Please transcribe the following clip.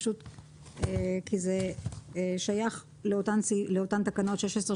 פשוט כי זה שייך לאותן תקנות 16,